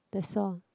that's all